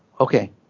okay